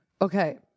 Okay